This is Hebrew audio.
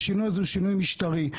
השינוי הזה הוא שינוי משטרי.